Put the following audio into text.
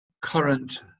current